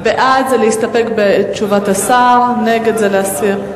בעד זה להסתפק בתשובת השר, נגד זה להסיר.